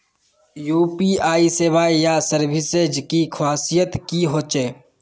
UPI सेवाएँ या services की खासियत की होचे?